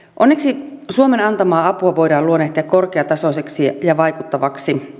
onneksi suomen antamaa apua voidaan luonnehtia korkeatasoiseksi ja vaikuttavaksi